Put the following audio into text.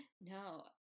No